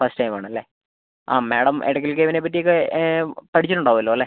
first time ആണല്ലേ ആ madam Edakkal കേവിനെ പറ്റിയൊക്കെ പഠിച്ചിട്ട് ഉണ്ടാവുമല്ലോ അല്ലേ